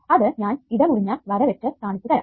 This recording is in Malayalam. അത് ഞാൻ ഇടമുറിഞ്ഞ വര വെച്ച് കാണിച്ചു തരാം